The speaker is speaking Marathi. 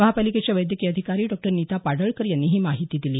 महापालिकेच्या वैद्यकीय अधिकारी डॉ नीता पाडळकर यांनी ही माहिती दिली